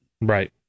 Right